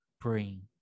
praying